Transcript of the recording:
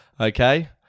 okay